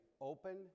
open